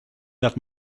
that